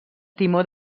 timó